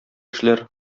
эшләр